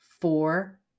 four